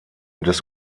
des